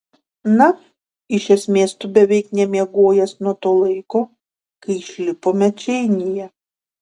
na iš esmės tu beveik nemiegojęs nuo to laiko kai išlipome čeinyje